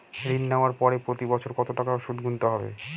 ঋণ নেওয়ার পরে প্রতি বছর কত টাকা সুদ গুনতে হবে?